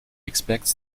expects